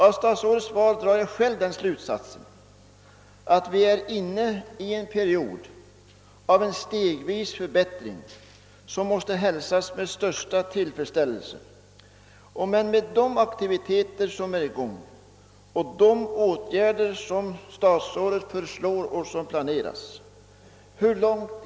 Av statsrådets svar drar jag själv den slutsatsen att vi är inne i en period av stegvis förbättring som måste hälsas med den största tillfredsställelse. Hur långt fram i tiden kan vi emellertid räkna med en markant förbättring som följd av de aktiviteter som nu pågår och de åtgärder som statsrådet föreslår eller som är planerade? Herr talman!